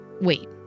wait